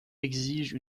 exige